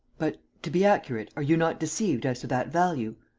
but, to be accurate, are you not deceived as to that value?